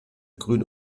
grün